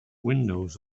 windows